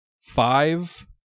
five